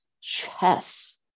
chess